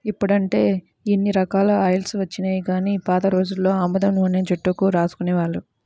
ఇప్పుడంటే ఇన్ని రకాల ఆయిల్స్ వచ్చినియ్యి గానీ పాత రోజుల్లో ఆముదం నూనెనే జుట్టుకు రాసుకునేవాళ్ళు